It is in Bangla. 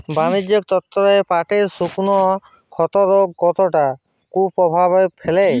বাণিজ্যিক স্তরে পাটের শুকনো ক্ষতরোগ কতটা কুপ্রভাব ফেলে?